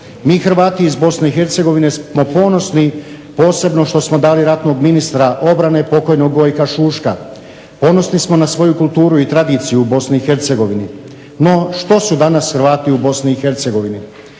i Hercegovine smo ponosni posebno što smo dali ratnog ministra obrane pokojnog Gojka Šuška. Ponosni smo na svoju kulturu i tradiciju u Bosni i Hercegovini, no što su danas Hrvati u Bosni